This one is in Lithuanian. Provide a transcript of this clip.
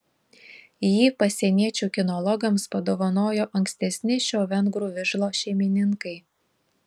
jį pasieniečių kinologams padovanojo ankstesni šio vengrų vižlo šeimininkai